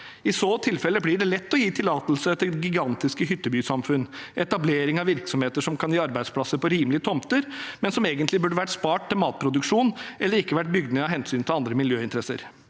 I så tilfelle blir det lett å gi tillatelse til gigantiske hyttebysamfunn, etablering av virksomheter som kan gi arbeidsplasser på rimelige tomter, men som egentlig burde vært spart til matproduksjon eller ikke vært bygd ned av hensyn til andre miljøinteresser.